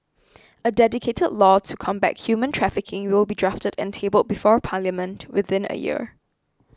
a dedicated law to combat human trafficking will be drafted and tabled before parliament within a year